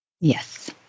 Yes